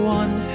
one